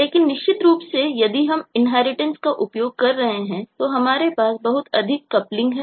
लेकिन निश्चित रूप से यदि हम इनहेरिटेंस है